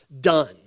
done